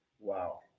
Wow